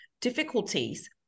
difficulties